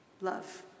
love